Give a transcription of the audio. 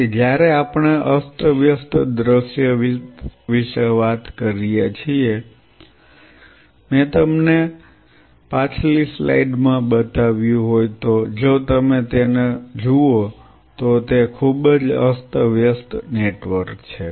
તેથી જ્યારે આપણે અસ્તવ્યસ્ત દૃશ્ય વિશે વાત કરીએ છીએ મેં તમને પાછલી સ્લાઇડમાં બતાવ્યું હોય તો જો તમે તેને જુઓ તો તે ખૂબ જ અસ્તવ્યસ્ત નેટવર્ક છે